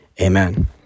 amen